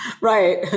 right